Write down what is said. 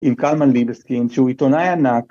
עם קלמן ליבסטין שהוא עיתונאי ענק